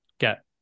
get